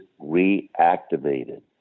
reactivated